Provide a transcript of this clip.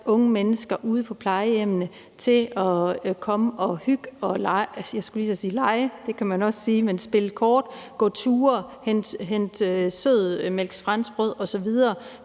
unge mennesker ude på plejehjemmene til at komme og hygge, spille kort, gå ture, hente sødmælksfranskbrød osv.,